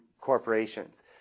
corporations